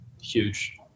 huge